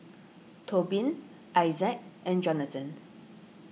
Tobin Issac and Jonathan